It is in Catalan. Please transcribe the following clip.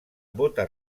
bota